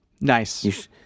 Nice